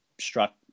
struck